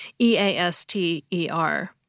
E-A-S-T-E-R